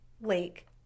lake